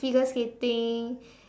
figure skating